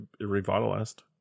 revitalized